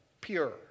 pure